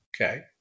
Okay